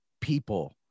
people